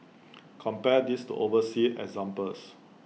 compare this to overseas examples